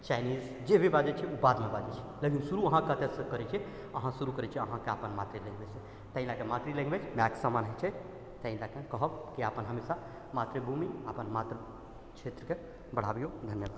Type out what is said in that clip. Chinese जे भी बाजै छिए ओ बादमे बाजै छिए लेकिन शुरू अहाँ कतऽसँ करै छिए अहाँ शुरू करै छिए अहाँके आपन मातृ लैंग्वेजसँ ताहि लऽ कऽ मातृ लैंग्वेज माइके समान होइ छै ताहि लऽ कऽ कहब कि अपन हमेशा मातृभूमि अपन मातृ क्षेत्रके बढ़ाबिऔ धन्यवाद